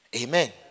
Amen